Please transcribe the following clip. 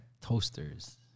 toasters